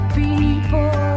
people